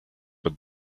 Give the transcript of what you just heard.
but